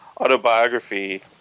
autobiography